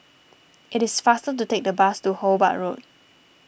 it is faster to take the bus to Hobart Road